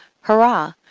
hurrah